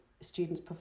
students